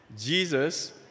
jesus